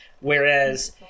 Whereas